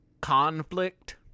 conflict